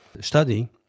study